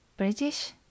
British